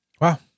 Wow